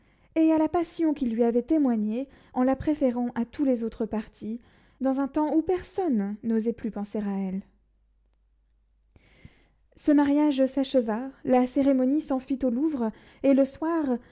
et à la passion qu'il lui avait témoignée en la préférant à tous les autres partis dans un temps où personne n'osait plus penser à elle ce mariage s'acheva la cérémonie s'en fit au louvre et le soir